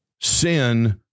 Sin